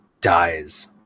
dies